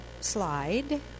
slide